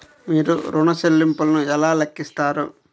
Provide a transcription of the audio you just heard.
మీరు ఋణ ల్లింపులను ఎలా లెక్కిస్తారు?